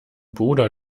bruder